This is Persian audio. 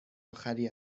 آخری